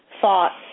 thoughts